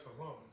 alone